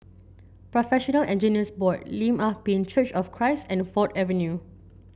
Professional Engineers Board Lim Ah Pin Church of Christ and Ford Avenue